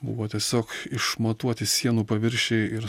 buvo tiesiog išmatuoti sienų paviršiai ir